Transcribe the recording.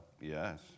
Yes